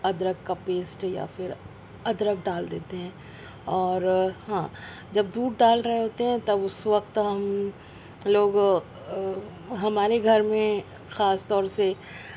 ادرک کا پیسٹ یا پھر ادرک ڈال دیتے ہیں اور ہاں جب دودھ ڈال رہے ہوتے ہیں تب اس وقت ہم لوگ ہمارے گھر میں خاص طور سے